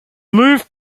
move